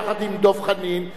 יחד עם דב חנין,